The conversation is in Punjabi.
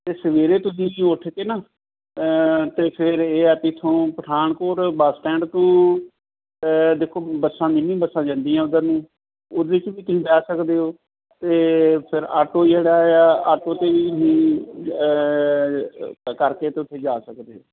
ਅਤੇ ਸਵੇਰੇ ਤੁਸੀਂ ਉੱਠ ਕੇ ਨਾ ਅਤੇ ਫਿਰ ਇਹ ਆ ਵੀ ਇੱਥੋਂ ਪਠਾਨਕੋਟ ਬੱਸ ਸਟੈਂਡ ਤੋਂ ਦੇਖੋ ਬੱਸਾਂ ਮਿੰਨੀ ਬੱਸਾਂ ਜਾਂਦੀਆਂ ਉੱਧਰ ਨੂੰ ਉਹਦੇ 'ਚ ਵੀ ਤੁਸੀਂ ਬੈਠ ਸਕਦੇ ਹੋ ਅਤੇ ਫਿਰ ਆਟੋ ਜਿਹੜਾ ਆ ਆਟੋ 'ਤੇ ਵੀ ਕਰਕੇ ਤੁਸੀਂ ਜਾ ਸਕਦੇ ਹੋ